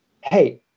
hey